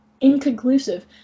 Inconclusive